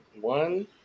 one